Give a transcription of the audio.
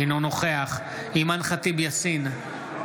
אינו נוכח אימאן ח'טיב יאסין,